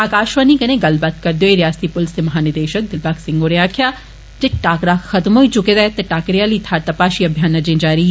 आकाशवाणी कन्नै गल्ल करदे होई रियासती पुलस दे महानिदेशक दिलबाग सिंह होरें आक्खेआ जे टाकरा खत्म होई चुके दा ऐ ते टाकरे आली थाहर तपाशी अभियान अजें जारी ऐ